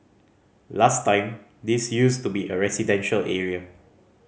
last time this used to be a residential area